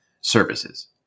services